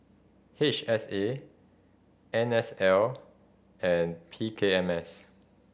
H S A N S L and P K M S